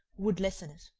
would lessen it.